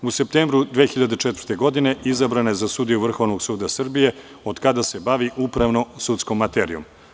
U septembru 2004. godine izabrana je za sudiju Vrhovnog suda Srbije, od kada se bavi upravno-sudskom materijom.